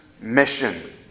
mission